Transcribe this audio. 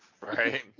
Right